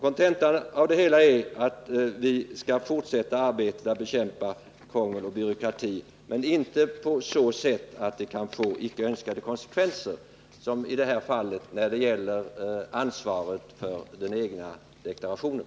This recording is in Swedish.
Kontentan av det hela är att vi skall fortsätta arbetet med att bekämpa krångel och byråkrati, men inte på så sätt att detta kan få icke önskade konsekvenser såsom i det här fallet när det gäller ansvaret för den egna deklarationen.